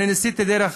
ניסיתי דרך